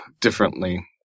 differently